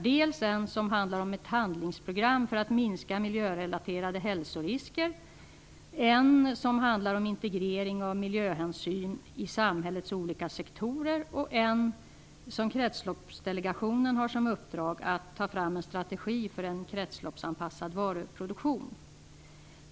Det finns en som handlar om ett handlingsprogram för att minska miljörelaterade hälsorisker, en som handlar om integrering av miljöhänsyn i samhällets olika sektorer, och Kretsloppsdelegationen har till uppdrag att ta fram en strategi för en kretsloppsanpassad varuproduktion.